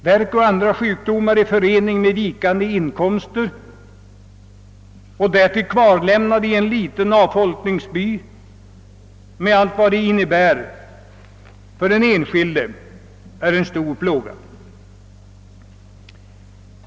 Värk och andra sjukdomar i förening med vikande inkomster gör livet till en stor plåga, när man därtill blivit kvar i en liten avfolkningsby med allt vad det innebär för den enskilde.